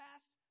Past